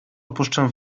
opuszczę